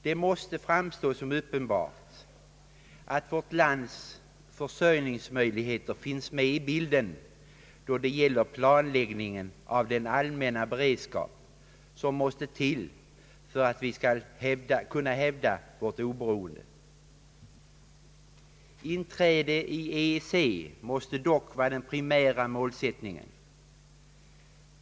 Det måste framstå som uppenbart att vårt lands = försörjningsmöjligheter = finns med i bilden då det gäller planläggningen av den allmänna beredskap som måste till för att vi skall kunna hävda vårt oberoende. Inträde i EEC måste dock vara den primära målsättningen.